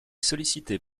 sollicité